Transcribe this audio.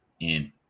and-